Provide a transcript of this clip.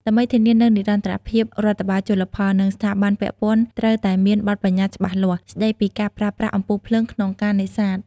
ដើម្បីធានានូវនិរន្តរភាពរដ្ឋបាលជលផល និងស្ថាប័នពាក់ព័ន្ធត្រូវតែមាន បទប្បញ្ញត្តិច្បាស់លាស់ ស្តីពីការប្រើប្រាស់អំពូលភ្លើងក្នុងការនេសាទ។